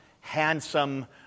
handsome